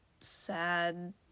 sad